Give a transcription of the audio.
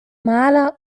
maler